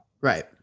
Right